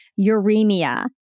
uremia